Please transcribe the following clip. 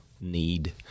need